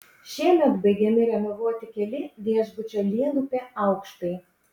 šiemet baigiami renovuoti keli viešbučio lielupe aukštai